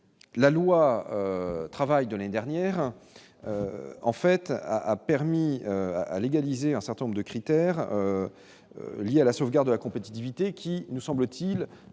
la loi. Travail de la dernière. En fait, a a permis à légaliser un certain nombre de critères liés à la sauvegarde de la compétitivité qui nous semble-t-il,